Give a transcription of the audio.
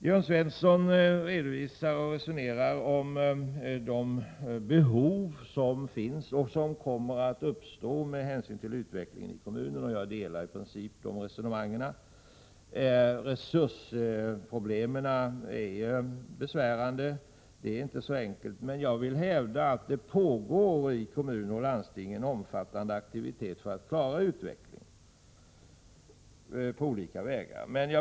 Jörn Svensson resonerar om de behov som finns och som kommer att uppstå med hänvisning till utvecklingen i kommunerna. Jag delar i princip hans uppfattningar. Resursproblemen är besvärande. Men jag vill hävda att det i kommuner och landsting på olika sätt pågår en omfattande aktivitet för att klara utvecklingen.